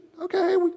okay